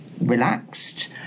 relaxed